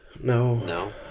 no